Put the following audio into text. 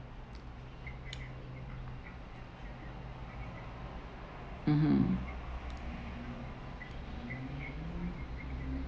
mmhmm